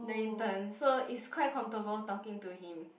the intern so it's quite comfortable talking to him